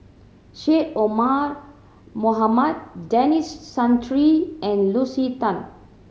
Syed Omar Mohamed Denis Santry and Lucy Tan